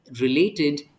related